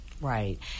right